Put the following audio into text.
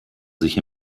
sich